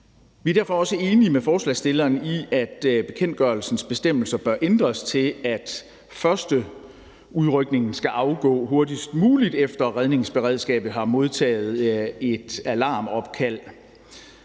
Vi er derfor også enige med forslagsstilleren i, at bekendtgørelsens bestemmelser bør ændres til, at første udrykningen skal afgå hurtigst muligt, efter redningsberedskabet har modtaget et alarmopkald,